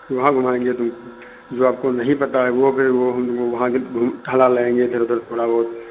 वहाँ घुमाएंगे जो आपको नहीं पता है वो फिर वो वहाँ घूम टहला लाएंगे इधर उधर थोड़ा बहुत